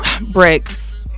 bricks